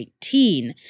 18